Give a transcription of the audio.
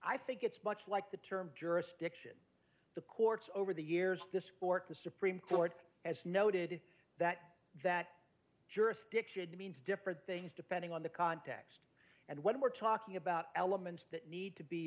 i think it's much like the term jurisdiction the courts over the years this court the supreme court has noted that that jurisdiction means different things depending on the context and when we're talking about elements that need to be